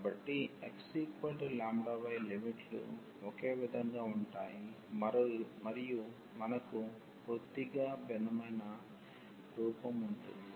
కాబట్టి xλy లిమిట్లు ఒకే విధంగా ఉంటాయి మరియు మనకు కొద్దిగా భిన్నమైన రూపం ఉంటుంది